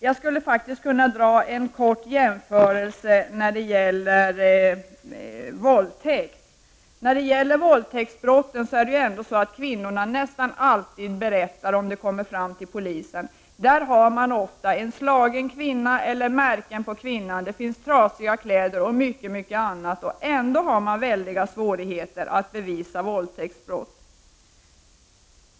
Jag skulle vilja göra en kort jämförelse med våldtäktsbrott. Vid våldtäkt berättar den utsatta kvinnan nästan alltid om brottet kommer fram till polisen. Kvinnan är ofta t.ex. misshandlad, hon uppvisar märken, hennes kläder är trasiga osv. Och ändå har man stora svårigheter att bevisa våldtäktsbrott.